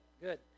good